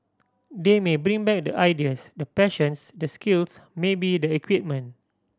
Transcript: they may bring back the ideas the passions the skills maybe the equipment